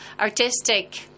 artistic